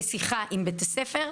בשיחה עם בית הספר,